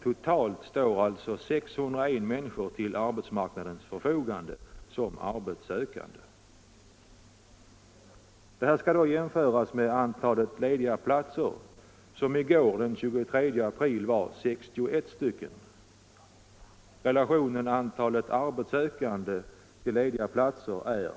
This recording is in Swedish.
Totalt står alltså 601 människor till arbetsmarknadens förfogande som arbetssökande.